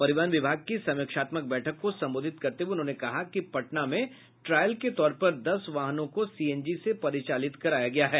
परिवहन विभाग की समीक्षात्मक बैठक को संबोधित करते हुए उन्होंने कहा कि पटना में ट्रायल के तौर पर दस वाहनों को सीएनजी से परिचालित कराया गया है